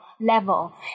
level